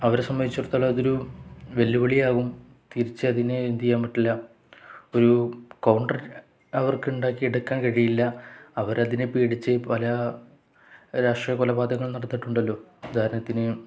അവരെ സംബന്ധിച്ചിടത്തോളം അതൊരു വെല്ലുവിളിയാകും തിരിച്ചു അതിനെ എന്ത് ചെയ്യാൻ പറ്റില്ല ഒരു കൗണ്ടർ അവർക്ക് ഉണ്ടാക്കി എടുക്കാൻ കഴിയില്ല അവർ അതിനെ പേടിച്ചു പല രാഷ്ട്രീയ കൊലപാതങ്ങൾ നടത്തിയിട്ടുണ്ടല്ലോ ഉദാഹരണത്തിന്